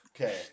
okay